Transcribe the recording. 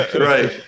right